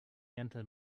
until